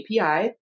API